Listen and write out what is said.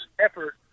effort